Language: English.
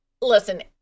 Listen